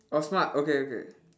oh smart okay okay